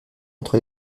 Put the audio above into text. entre